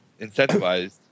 incentivized